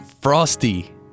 frosty